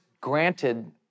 granted